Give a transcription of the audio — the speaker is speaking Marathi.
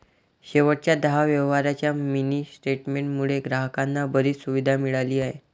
शेवटच्या दहा व्यवहारांच्या मिनी स्टेटमेंट मुळे ग्राहकांना बरीच सुविधा मिळाली आहे